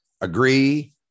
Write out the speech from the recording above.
agree